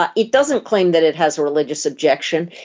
but it doesn't claim that it has a religious objection.